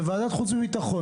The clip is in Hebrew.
בוועדת החוץ והביטחון,